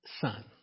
son